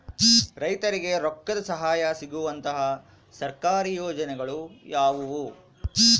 ರೈತರಿಗೆ ರೊಕ್ಕದ ಸಹಾಯ ಸಿಗುವಂತಹ ಸರ್ಕಾರಿ ಯೋಜನೆಗಳು ಯಾವುವು?